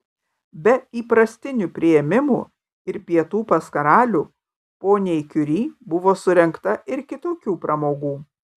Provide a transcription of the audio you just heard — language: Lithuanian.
be įprastinių priėmimų ir pietų pas karalių poniai kiuri buvo surengta ir kitokių pramogų